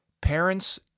parents